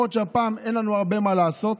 יכול להיות שהפעם אין לנו הרבה מה לעשות,